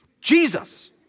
Jesus